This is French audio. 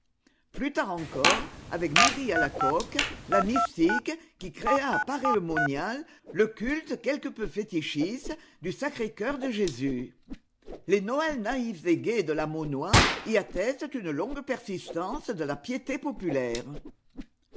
plus tard encore avec marie alacoque la mystique qui créa à paray lemonial le culte quelque peu fétichiste du sacrécœur de jésus les noëls naïfs et gais de la monnoye y attestent une longue persistance de la piété populaire